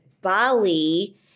Bali